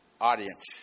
audience